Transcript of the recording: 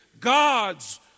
God's